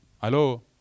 Hello